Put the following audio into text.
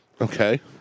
Okay